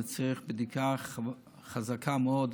בזה צריך בדיקה חזקה מאוד,